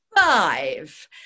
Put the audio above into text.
five